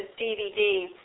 DVD